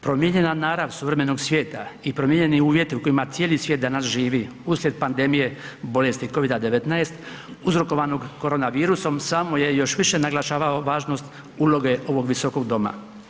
Promijenjena narav suvremenog svijeta i promijenjeni uvjeti u kojima cijeli svijet danas živi uslijed pandemije bolesti Covida-19 uzrokovanog korona virusom samo je još više naglašavao važnost uloge ovog visokog doma.